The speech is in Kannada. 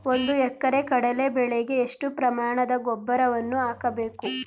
ಒಂದು ಎಕರೆ ಕಡಲೆ ಬೆಳೆಗೆ ಎಷ್ಟು ಪ್ರಮಾಣದ ಗೊಬ್ಬರವನ್ನು ಹಾಕಬೇಕು?